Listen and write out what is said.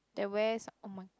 the west oh-my-god